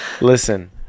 listen